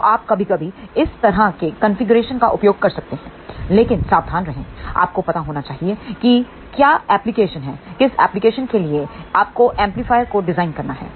तो आप कभी कभी इस तरह के कॉन्फ़िगरेशन का उपयोग कर सकते हैं लेकिन सावधान रहें आपको पता होना चाहिए कि क्या एप्लीकेशन है किस एप्लिकेशन के लिए आपको एम्पलीफायर को डिज़ाइन करना है